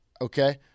okay